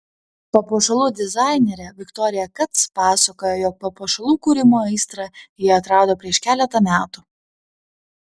papuošalų dizainerė viktorija kac pasakoja jog papuošalų kūrimo aistrą ji atrado prieš keletą metų